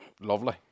Lovely